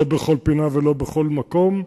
לא בכל פינה ולא בכל מקום,